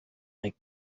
like